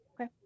Okay